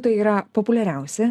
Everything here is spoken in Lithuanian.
tai yra populiariausi